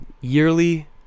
yearly